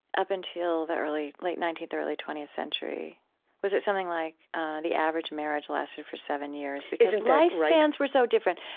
up until the early late nineteenth, early twentieth century was it something like the average marriage lasted for seven years, because life spans were so different?